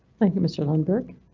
thank you, mr lundberg.